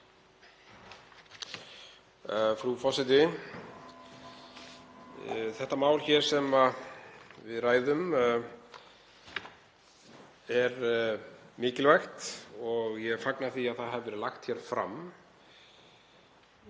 Frú forseti. Þetta mál hér sem við ræðum er mikilvægt og ég fagna því að það hafi verið lagt fram.